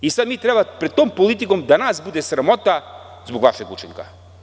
Sada mi treba pred tom politikom da nas bude sramota zbog vašeg učinka.